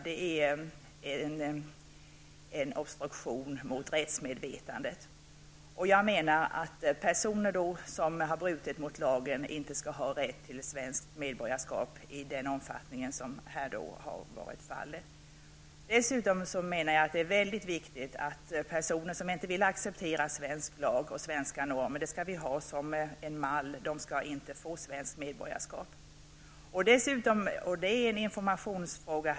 Det är en obstruktion mot rättsmedvetandet. Jag menar att personer som har brutit mot lagen inte skall ha rätt till svenskt medborgarskap i den omfattning som här har varit fallet. Dessutom menar jag att det är väldigt viktigt att personer som inte vill acceptera svensk lag och svenska normer inte skall få svenskt medborgarskap. Det skall vi ha som mall. Det är en informationsfråga.